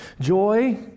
Joy